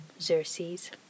Xerxes